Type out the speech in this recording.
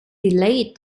delayed